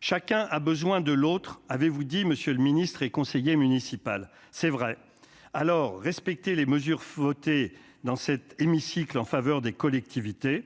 chacun a besoin de l'autre, avez-vous dit monsieur le ministre et conseiller municipal, c'est vrai, alors respecter les mesures votées dans cet hémicycle en faveur des collectivités,